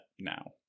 now